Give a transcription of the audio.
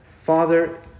Father